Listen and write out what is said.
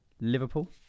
Liverpool